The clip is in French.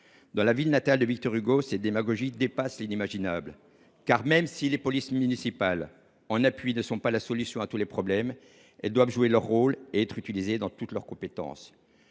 Dans la ville natale de Victor Hugo, ces démagogies dépassent l’imaginable, car même si les polices municipales, en appui, ne sont pas la solution à tous les problèmes, elles doivent jouer leur rôle et être utilisées dans toute l’étendue de leurs compétences.